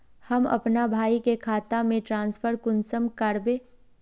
हम अपना भाई के खाता में ट्रांसफर कुंसम कारबे?